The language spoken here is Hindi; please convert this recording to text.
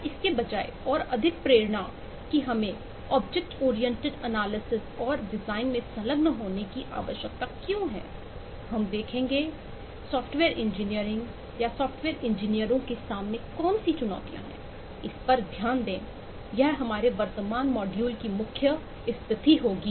या इसके बजाय और अधिक प्रेरणा कि हमें ऑब्जेक्ट ओरिएंटेड एनालिसिस में संलग्न होने की आवश्यकता क्यों है हम देखेंगे सॉफ्टवेयर इंजीनियरिंग या सॉफ्टवेयर इंजीनियरों के सामने कौन सी चुनौतियाँ हैं इस पर ध्यान दें यह हमारे वर्तमान मॉड्यूल की मुख्य स्थिति होगी